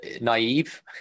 naive